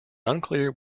unclear